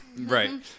Right